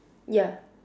ya